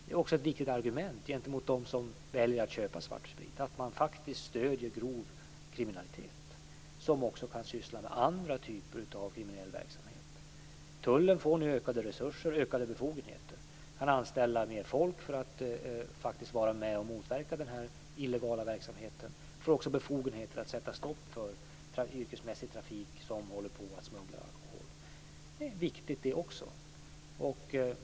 Det är också ett viktigt argument gentemot dem som väljer att köpa svartsprit att de faktiskt stöder grov kriminalitet som också kan innefatta andra typer av kriminell verksamhet. Tullen får nu ökade resurser och ökade befogenheter. Man kan anställa mer folk för att vara med och motverka den illegala verksamheten. Tullen får också befogenheter att sätta stopp för yrkesmässig trafik som håller på att smuggla alkohol. Det är också viktigt.